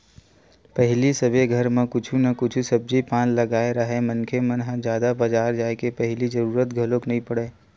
पहिली सबे घर म कुछु न कुछु सब्जी पान लगाए राहय मनखे मन ह जादा बजार जाय के पहिली जरुरत घलोक नइ पड़य